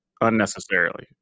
unnecessarily